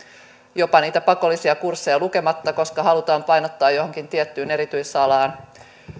jopa niitä pakollisia kursseja lukematta koska halutaan painottaa johonkin tiettyyn erityisalaan